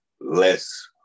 less